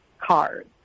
cars